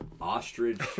ostrich